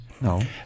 No